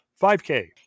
5K